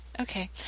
okay